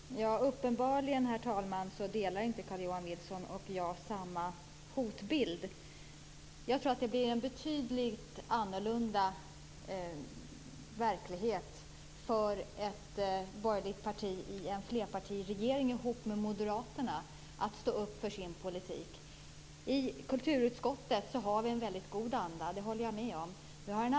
Herr talman! Uppenbarligen delar inte Carl-Johan Wilson och jag samma hotbild. Jag tror att det blir en betydligt annorlunda verklighet för ett borgerligt parti i en flerpartiregering ihop med moderaterna när det gäller att stå upp för sin politik. I kulturutskottet har vi en god anda, det håller jag med om.